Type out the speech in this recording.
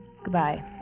Goodbye